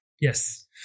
Yes